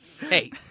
Hey